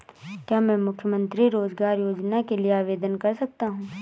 क्या मैं मुख्यमंत्री रोज़गार योजना के लिए आवेदन कर सकता हूँ?